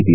T